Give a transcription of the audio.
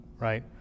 right